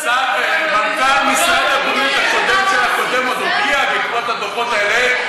מנכ"ל משרד הבריאות הקודם של הקודם עוד הופיע בעקבות הדוחות האלה,